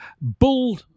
bull